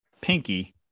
pinky